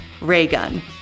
Raygun